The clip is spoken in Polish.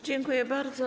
Dziękuję bardzo.